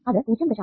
അത് 0